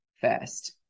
first